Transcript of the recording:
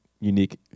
unique